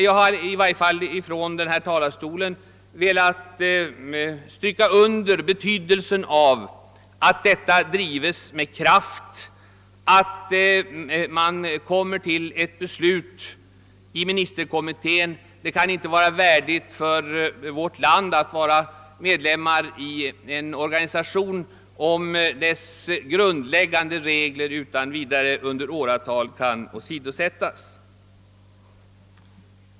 Jag har dock från denna talarstol velat understryka betydelsen av att frågan drivs med kraft så att ministerkommittén fattar ett beslut. Det kan inte vara vårt land värdigt att vara medlem i en organisation, om dess grundläggande regler utan vidare under åratal kan åsidosättas.